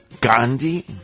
Gandhi